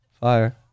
Fire